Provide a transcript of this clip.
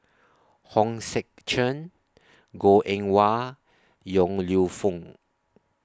Hong Sek Chern Goh Eng Wah Yong Lew Foong